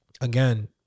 again